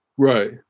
Right